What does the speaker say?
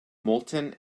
moulton